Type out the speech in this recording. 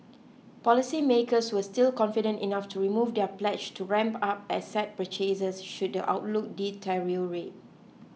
policy makers were still confident enough to remove their pledge to ramp up asset purchases should the outlook deteriorate